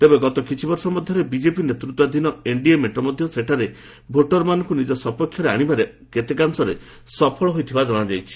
ତେବେ ଗତ କିଛି ବର୍ଷ ମଧ୍ୟରେ ବିଜେପି ନେତୃତ୍ୱାଧୀନ ଏନ୍ଡିଏ ମେଣ୍ଟ ମଧ୍ୟ ସେଠାରେ ଭୋଟରମାନଙ୍କୁ ନିଜ ସପକ୍ଷରେ ଆଶିବାରେ କେତେକାଂଶରେ ସଫଳ ହୋଇଥିବା ଜଣାଯାଇଛି